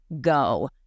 Go